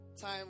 time